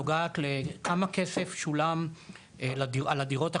נוגעת לכמה כסף שולם על הדירות החדשות,